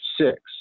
six